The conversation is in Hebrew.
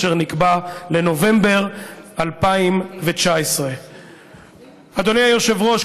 אשר נקבע לנובמבר 2019. אדוני היושב-ראש,